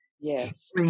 Yes